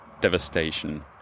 devastation